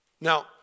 Now